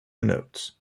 notes